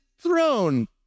throne